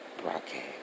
broadcast